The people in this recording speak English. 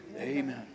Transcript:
Amen